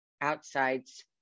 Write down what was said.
outsides